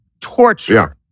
torture